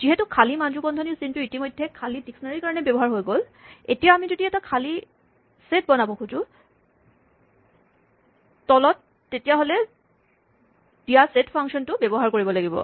যিহেতু খালী মাজু বন্ধনীৰ চিনটো ইতিমধ্যে খালী ডিক্সনেৰীৰ কাৰণে ব্যৱহাৰ হৈ গ'ল এতিয়া আমি যদি এটা খালী ছেট বনাব খোজো তলত তেতিয়াহ'লে দিয়া ছেট ফাংচন টো ব্যৱহাৰ কৰিব লাগিব